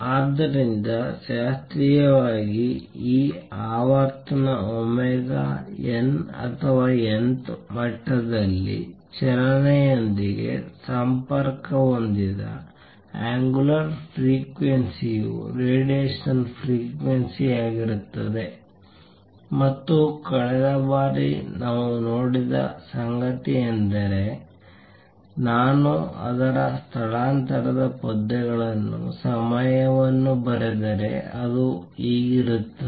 ಆದ್ದರಿಂದ ಶಾಸ್ತ್ರೀಯವಾಗಿ ಈ ಆವರ್ತನ ಒಮೆಗಾ n ಅಥವಾ nth ಮಟ್ಟದಲ್ಲಿ ಚಲನೆಯೊಂದಿಗೆ ಸಂಪರ್ಕ ಹೊಂದಿದ ಅಂಗುಲರ್ ಫ್ರೀಕ್ವೆನ್ಸಿ ಯು ರೇಡಿಯೇಷನ್ ಫ್ರೀಕ್ವೆನ್ಸಿ ಆಗಿರುತ್ತದೆ ಮತ್ತು ಕಳೆದ ಬಾರಿ ನಾವು ನೋಡಿದ ಸಂಗತಿಯೆಂದರೆ ನಾನು ಅದರ ಸ್ಥಳಾಂತರದ ಪದ್ಯಗಳನ್ನು ಸಮಯವನ್ನು ಬರೆದರೆ ಅದು ಹೀಗಿರುತ್ತದೆ